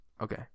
Okay